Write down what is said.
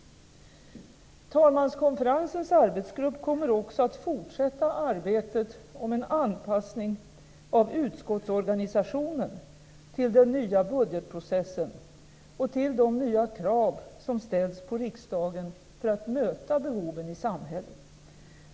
Talmanskonferensens arbetsgrupp kommer också att fortsätta arbetet med en anpassning av utskottsorganisationen till den nya budgetprocessen och till de nya krav som ställs på riksdagen för att möta behoven i samhället.